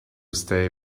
stay